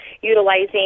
utilizing